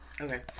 okay